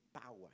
power